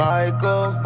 Michael